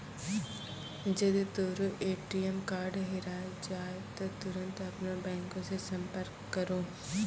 जदि तोरो ATM card हेराय जाय त तुरन्ते अपनो बैंको से संपर्क करो